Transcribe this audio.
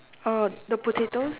oh the potatoes